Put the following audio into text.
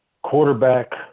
quarterback